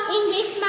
English